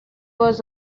was